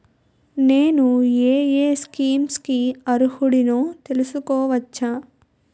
నేను యే యే స్కీమ్స్ కి అర్హుడినో తెలుసుకోవచ్చా?